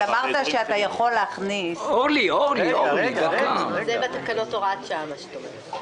אתה אמרת שאתה יכול להכניס --- זה בתקנות הוראת שעה מה שאת אומרת.